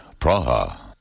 Praha